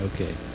Okay